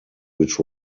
which